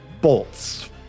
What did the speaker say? bolts